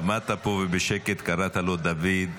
עמדת פה ובשקט קראת לו: דוד,